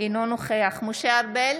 אינו נוכח משה ארבל,